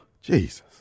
Jesus